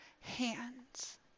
hands